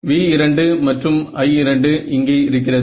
V2 மற்றும் I2 இங்கே இருக்கிறது